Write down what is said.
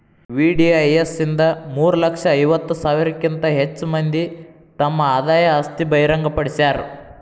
VDIS ಇಂದ ಮೂರ ಲಕ್ಷ ಐವತ್ತ ಸಾವಿರಕ್ಕಿಂತ ಹೆಚ್ ಮಂದಿ ತಮ್ ಆದಾಯ ಆಸ್ತಿ ಬಹಿರಂಗ್ ಪಡ್ಸ್ಯಾರ